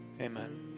Amen